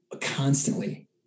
constantly